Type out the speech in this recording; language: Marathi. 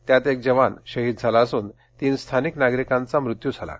त्यात एक जवान शहीद झाला असून तीन स्थानिक नागरिकांचा मृत्यू झाला आहे